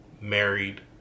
married